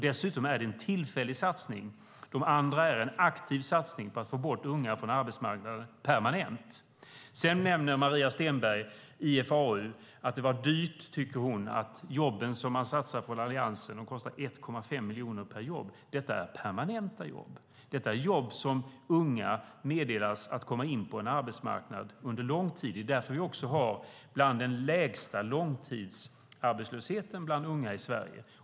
Dessutom är det en tillfällig satsning. Det andra är en aktiv satsning för att få bort unga från arbetsmarknaden permanent. Maria Stenberg nämner IFAU, och hon tycker att det var dyrt med de jobb som Alliansen satsar på. De kostar 1,5 miljoner kronor per jobb. Detta är permanenta jobb. Detta är jobb som unga meddelas för att komma in på en arbetsmarknad under lång tid. Det är också därför vi har bland den lägsta långtidsarbetslösheten bland unga i Sverige.